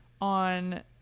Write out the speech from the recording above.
on